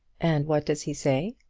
and what does he say?